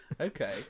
okay